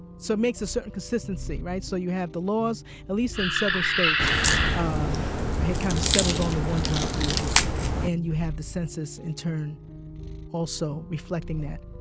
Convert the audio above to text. so it makes a certain consistency, right? so you have the laws at least in southern states um had kind of settled on the one-drop rule and you have the census in turn also reflecting that